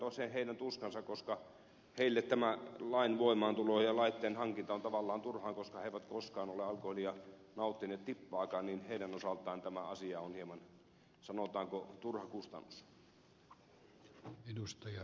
mutta ymmärrän heidän tuskansa koska heille tämän lain voimaantulo ja laitteen hankinta on tavallaan turhaa koska he eivät koskaan ole alkoholia nauttineet tippaakaan niin heidän osaltaan tämä asia on hieman sanotaanko turha kustannus